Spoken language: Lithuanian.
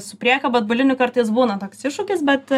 su priekaba atbuliniu kartais būna toks iššūkis bet